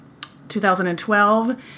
2012